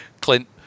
Clint